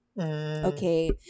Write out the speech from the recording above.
Okay